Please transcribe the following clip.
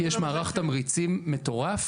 כי יש מערך תמריצים מטורף